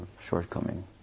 shortcoming